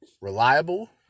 reliable